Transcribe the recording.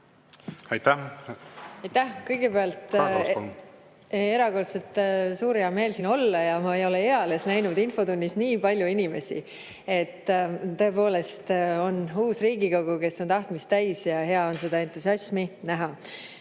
võtame. Aitäh! Kõigepealt, erakordselt suur heameel on siin olla. Ma ei ole eales näinud infotunnis nii palju inimesi. Tõepoolest, on uus Riigikogu, kes on tahtmist täis, ja hea on seda entusiasmi näha.